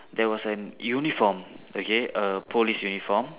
there was an uniform okay a police uniform